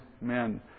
men